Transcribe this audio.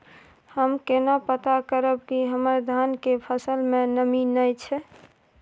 हम केना पता करब की हमर धान के फसल में नमी नय छै?